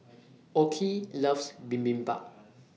Okey loves Bibimbap